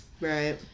Right